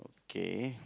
okay